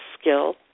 skill